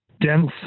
dense